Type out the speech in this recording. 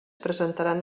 presentaran